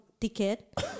ticket